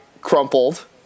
crumpled